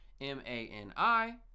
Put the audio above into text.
m-a-n-i